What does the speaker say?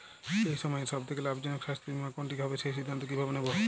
এই সময়ের সব থেকে লাভজনক স্বাস্থ্য বীমা কোনটি হবে সেই সিদ্ধান্ত কীভাবে নেব?